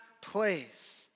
place